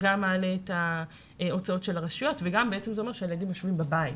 זה מעלה את הוצאות הרשויות וזה אומר שהילדים יושבים בבית.